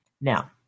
Now